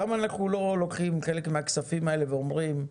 למה אנחנו לא לוקחים חלק מהכספים האלה ואומרים,